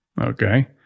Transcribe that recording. Okay